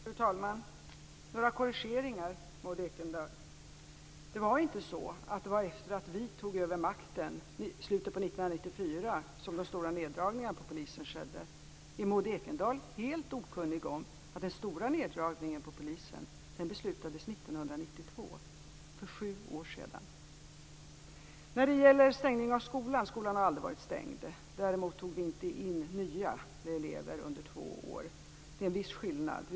Fru talman! Jag har några korrigeringar, Maud Ekendahl. Det var inte efter det att vi tog makten i slutet av 1994 som de stora neddragningarna hos polisen skedde. Är Maud Ekendahl helt okunnig om att den stora neddragningen inom polisen beslutades 1992, för sju år sedan? Skolan har aldrig varit stängd. Däremot togs inte nya elever in under två år. Det är en viss skillnad.